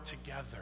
together